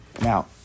Now